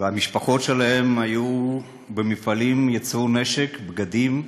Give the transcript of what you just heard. והמשפחות שלהם היו במפעלים, ייצרו נשק, בגדים,